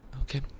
Okay